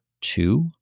two